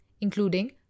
including